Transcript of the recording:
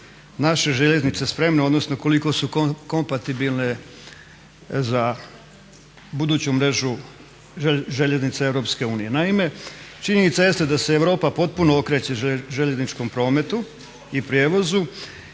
naše željeznice spremne, odnosno koliko su kompatibilne za buduću mrežu željeznica EU. Naime, činjenica jeste da se Europa potpuno okreće željezničkom prometu i prijevozu.